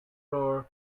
floor